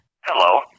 Hello